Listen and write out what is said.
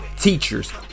teachers